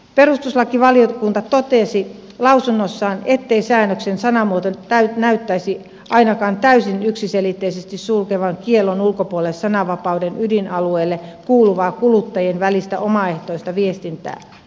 perustuslakivaliokunta totesi lausunnossaan ettei säännöksen sanamuoto näyttäisi ainakaan täysin yksiselitteisesti sulkevan kiellon ulkopuolelle sananvapauden ydinalueelle kuuluvaa kuluttajien välistä omaehtoista viestintää